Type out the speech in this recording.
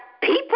people